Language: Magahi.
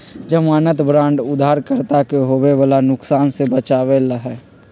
ज़मानत बांड उधारकर्ता के होवे वाला नुकसान से बचावे ला हई